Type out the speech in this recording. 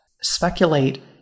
Speculate